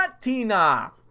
Tina